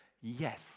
Yes